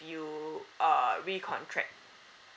you err recontract